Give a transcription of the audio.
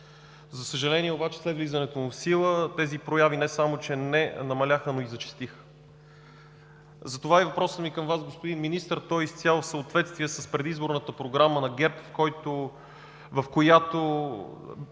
За съжаление, обаче след влизането му в сила, тези прояви не само че не намаляха, но и зачестиха. Въпросът ми към Вас, господин Министър, е изцяло в съответствие с предизборната програма на ГЕРБ, в която